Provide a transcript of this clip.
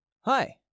Hi